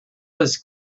was